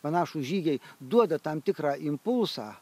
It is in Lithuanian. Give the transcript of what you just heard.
panašūs žygiai duoda tam tikrą impulsą